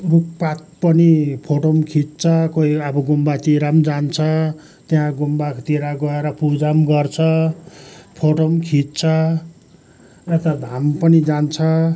रुखपात पनि फोटो पनि खिच्छ कोही अब गुम्बातिर पनि जान्छ त्यहाँ गुम्बातिर गएर पूजा पनि गर्छ फोटो पनि खिच्छ यता धाम पनि जान्छ